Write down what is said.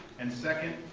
and second,